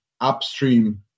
upstream